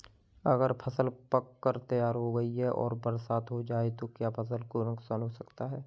अगर फसल पक कर तैयार हो गई है और बरसात हो जाए तो क्या फसल को नुकसान हो सकता है?